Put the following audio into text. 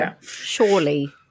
Surely